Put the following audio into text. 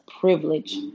privilege